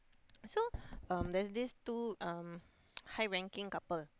so um there's this two um high ranking couple